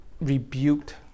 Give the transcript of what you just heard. rebuked